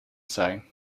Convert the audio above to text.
zijn